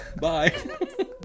Bye